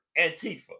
Antifa